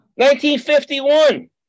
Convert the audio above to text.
1951